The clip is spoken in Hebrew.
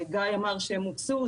גיא אמר שהם מוצו.